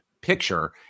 picture